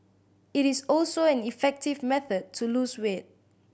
it is also an effective method to lose weight